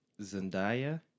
Zendaya